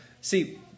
See